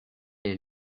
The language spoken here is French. est